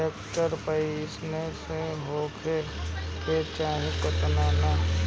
Tractor पाईनेस होखे के चाही कि ना?